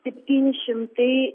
septyni šimtai